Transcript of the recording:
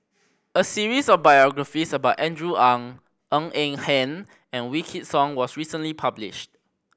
a series of biographies about Andrew Ang Ng Eng Hen and Wykidd Song was recently published